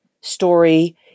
story